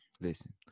listen